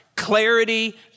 Clarity